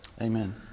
Amen